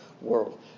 world